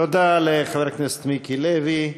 תודה לחבר הכנסת מיקי לוי.